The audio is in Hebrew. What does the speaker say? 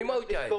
ממה הוא יתייעל?